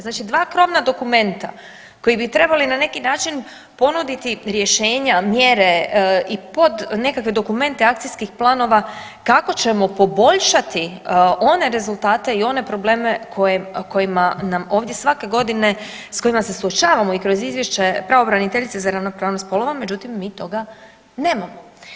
Znači dva krovna dokumenta koji bi trebali na neki način ponuditi rješenja, mjere i pod nekakve dokumente akcijskih planova kako ćemo poboljšati one rezultate i one probleme koje, kojima nam ovdje svake godine s kojima se suočavamo i kroz izvješća pravobraniteljice za ravnopravnost spolova, međutim mi toga nemamo.